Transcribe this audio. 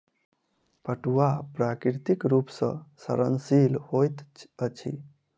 पटुआ प्राकृतिक रूप सॅ सड़नशील होइत अछि